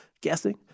guessing